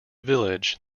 village